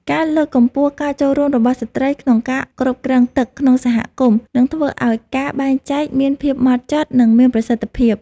ការលើកកម្ពស់ការចូលរួមរបស់ស្ត្រីក្នុងការគ្រប់គ្រងទឹកក្នុងសហគមន៍នឹងធ្វើឱ្យការបែងចែកមានភាពហ្មត់ចត់ និងមានប្រសិទ្ធភាព។